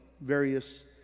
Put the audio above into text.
various